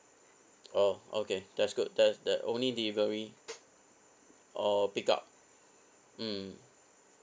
oh okay that's good that that only delivery or pick up mm